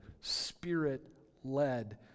Spirit-led